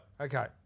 Okay